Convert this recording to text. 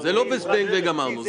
זה לא בזבנג וגמרנו.